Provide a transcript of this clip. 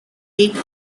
eight